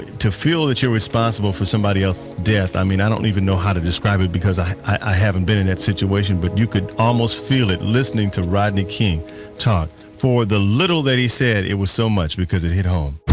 to feel that you're responsible for somebody else's death, i mean, i don't even know how to describe it because i, i haven't been in that situation, but you could almost feel it, listening to rodney king talk. for the little that he said, it was so much because it hit home.